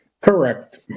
Correct